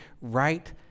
right